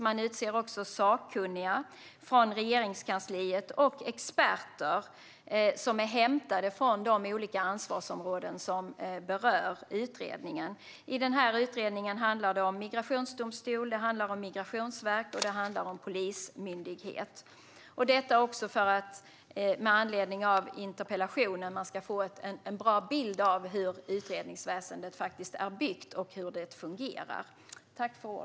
Man utser också sakkunniga från Regeringskansliet samt experter som är hämtade från de olika ansvarsområden som berör utredningen. I den här utredningen handlar det om migrationsdomstol, migrationsverk och polismyndighet. Jag nämner detta med anledning av interpellationen och för att man ska få en bra bild av hur utredningsväsendet faktiskt är uppbyggt och hur det fungerar.